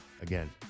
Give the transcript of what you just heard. again